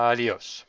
Adiós